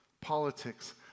politics